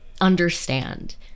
understand